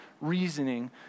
reasoning